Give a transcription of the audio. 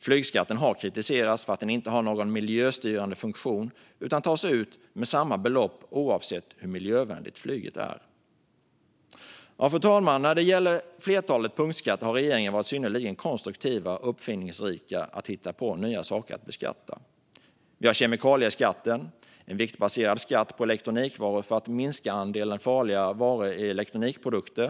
Flygskatten har också kritiserats för att den inte har någon miljöstyrande funktion utan tas ut med samma belopp oavsett hur miljövänligt flyget är. Fru talman! När det gäller flertalet punktskatter har regeringen varit synnerligen konstruktiv och uppfinningsrik med att hitta på nya saker att beskatta. Vi har kemikalieskatten - en viktbaserad skatt på elektronikvaror för att minska andelen farliga ämnen i elektronikprodukter.